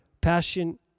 passion